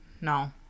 no